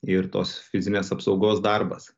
ir tos fizinės apsaugos darbas